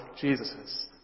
Jesus's